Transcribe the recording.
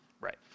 right